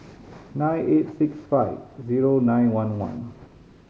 nine eight six five zero nine one one